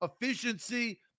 efficiency